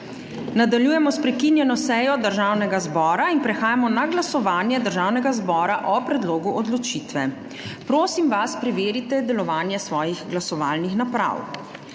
Nadaljujemo s prekinjeno sejo Državnega zbora in prehajamo na glasovanje Državnega zbora o predlogu odločitve. Prosim vas, preverite delovanje svojih glasovalnih naprav.